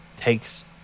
takes